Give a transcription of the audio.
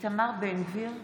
איתמר בן גביר,